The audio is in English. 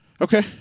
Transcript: Okay